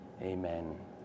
amen